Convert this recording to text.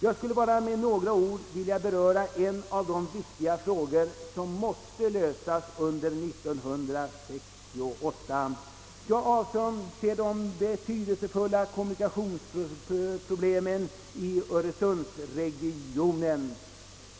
Jag skulle bara med några få ord vilja ta upp en av de viktiga frågor som måste lösas under 1968. Jag avser de betydelsefulla kommunikationsproblemen i öresundsregionen.